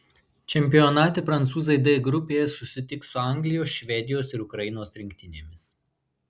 čempionate prancūzai d grupėje susitiks su anglijos švedijos ir ukrainos rinktinėmis